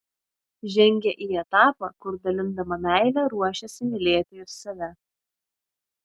žengia į etapą kur dalindama meilę ruošiasi mylėti ir save